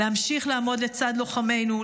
להמשיך לעמוד לצד לוחמינו,